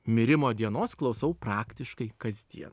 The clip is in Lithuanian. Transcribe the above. mirimo dienos klausau praktiškai kasdien